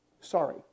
sorry